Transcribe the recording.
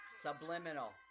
Subliminal